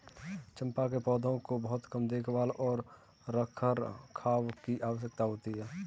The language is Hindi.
चम्पा के पौधों को बहुत कम देखभाल और रखरखाव की आवश्यकता होती है